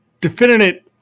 definitive